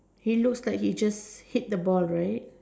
he looks like he just hit the ball right